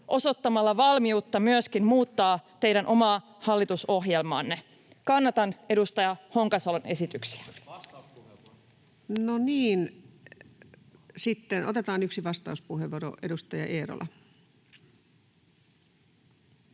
osoittamalla valmiutta myöskin muuttaa teidän omaa hallitusohjelmaanne. Kannatan edustaja Honkasalon esityksiä. [Juho Eerola pyytää vastauspuheenvuoroa] No